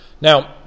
Now